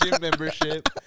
membership